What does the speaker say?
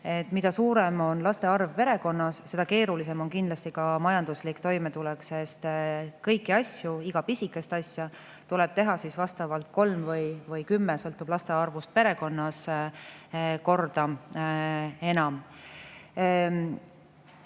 mida suurem on laste arv perekonnas, seda keerulisem on kindlasti ka majanduslik toimetulek, sest kõiki asju, iga pisikest asja tuleb teha vastavalt kolm või kümme – sõltub laste arvust perekonnas – korda enam.